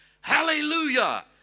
Hallelujah